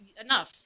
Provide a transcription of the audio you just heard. Enough